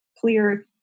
clear